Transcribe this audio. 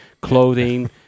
clothing